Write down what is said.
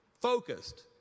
focused